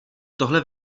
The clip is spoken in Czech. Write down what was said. tohle